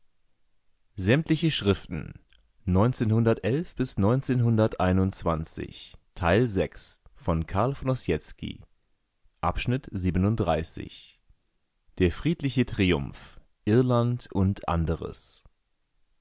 schriften volk der friedliche triumph irland und anderes